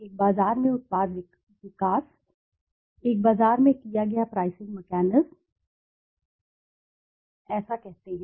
एक बाजार में उत्पाद विकास एक बाजार में किया गया प्राइसिंग मैकेनिज्म ऐसा और ऐसा कहते हैं